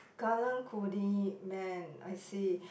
Karang-Guni man I see